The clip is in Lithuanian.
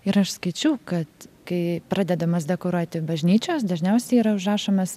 ir aš skaičiau kad kai pradedamos dekoruoti bažnyčios dažniausiai yra užrašomas